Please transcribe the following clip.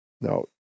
No